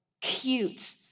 cute